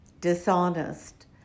dishonest